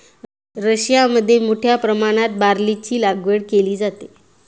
रशियामध्ये मोठ्या प्रमाणात बार्लीची लागवड केली जाते